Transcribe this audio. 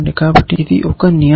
కాబట్టి నేను కాదు ఇది ఒక నియమం